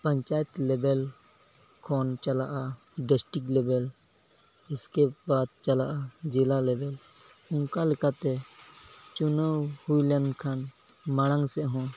ᱯᱚᱧᱪᱟᱭᱮᱛ ᱞᱮᱵᱮᱞ ᱠᱷᱚᱱ ᱪᱟᱞᱟᱜᱼᱟ ᱰᱤᱥᱴᱤᱠ ᱞᱮᱵᱮᱞ ᱩᱥᱠᱮ ᱵᱟᱫ ᱪᱟᱞᱟᱜᱼᱟ ᱡᱮᱞᱟ ᱞᱮᱵᱮᱞ ᱚᱱᱠᱟ ᱞᱮᱠᱟᱛᱮ ᱪᱩᱱᱟᱹᱣ ᱦᱩᱭ ᱞᱮᱱᱠᱷᱟᱱ ᱢᱟᱲᱟᱝ ᱥᱮᱫ ᱦᱚᱸ